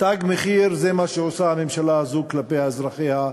"תג מחיר" זה מה שעושה הממשלה הזאת כלפי אזרחיה,